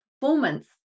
performance